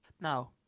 now